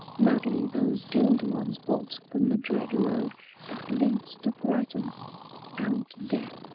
madly those doomed ones bolt from the dread road that leads to brighton and to death.